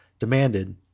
demanded